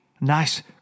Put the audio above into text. nice